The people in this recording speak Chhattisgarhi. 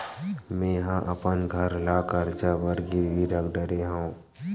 मेहा अपन घर ला कर्जा बर गिरवी रख डरे हव